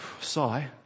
sigh